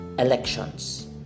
Elections